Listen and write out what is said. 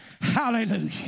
Hallelujah